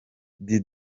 disi